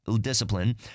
discipline